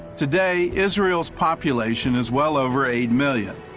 today israel's population is well over eight million.